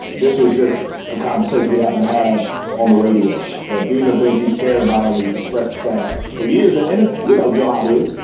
this was just common sense. we happen to have on the radio, but these are things he's cared about and he's expressed that for years. and it's, you know, jolliest.